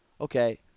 okay